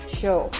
show